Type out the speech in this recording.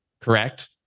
correct